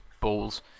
balls